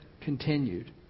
continued